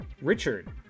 Richard